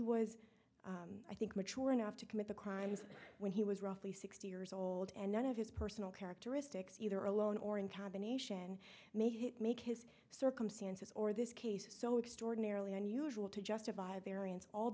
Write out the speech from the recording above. was i think mature enough to commit the crimes when he was roughly sixty years old and none of his personal characteristics either alone or in combination may hit make his circumstances or this case so extraordinarily unusual to justify